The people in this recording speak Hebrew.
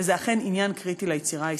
וזה אכן עניין קריטי ליצירה הישראלית.